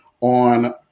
on